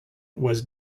was